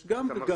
יש גם וגם.